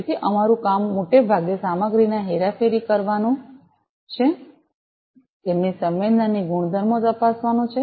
તેથી અમારું કામ મોટે ભાગે સામગ્રીની હેરાફેરી કરવાનું છે તેમની સંવેદનાની ગુણધર્મો તપાસવાનું છે